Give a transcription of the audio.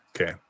Okay